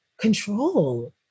control